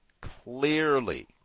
clearly